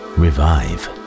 revive